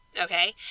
okay